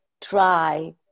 try